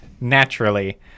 naturally